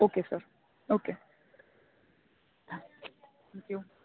okay sir okay thank you